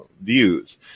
views